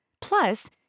Plus